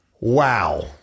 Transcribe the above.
Wow